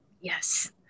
Yes